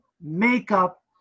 makeup